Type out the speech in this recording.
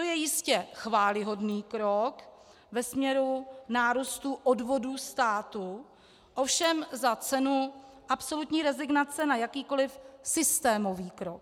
To je jistě chvályhodný krok ve směru nárůstu odvodů státu, ovšem za cenu absolutní rezignace na jakýkoliv systémový krok.